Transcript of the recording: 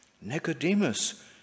Nicodemus